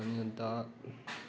अनि अन्त